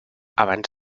abans